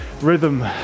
rhythm